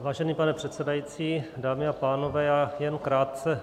Vážený pane předsedající, dámy a pánové, já jen krátce.